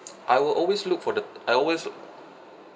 I will always look for the I always